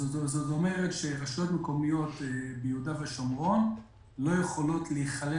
זאת אומרת שרשויות מקומיות ביהודה ושומרון לא יכולות להיכלל